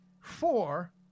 four